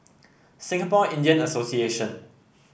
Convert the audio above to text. Singapore Indian Association